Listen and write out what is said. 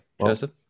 Joseph